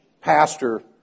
pastor